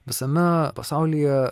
visame pasaulyje